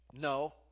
no